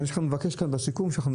מה שאני מבקש כאן נבקש בסיכום.